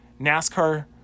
NASCAR